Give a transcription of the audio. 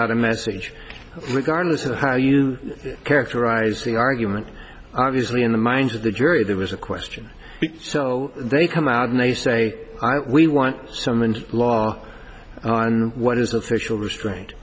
out a message regardless of how you characterize the argument obviously in the minds of the jury there was a question so they come out and they say we want some and law on what is the official restraint